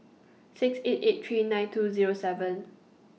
six eight eight three nine two Zero seven